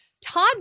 Todd